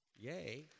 Yay